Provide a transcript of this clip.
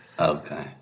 Okay